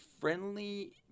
friendly